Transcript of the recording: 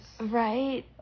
right